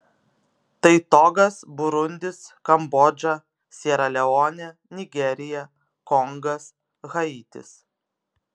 tai togas burundis kambodža siera leonė nigerija kongas haitis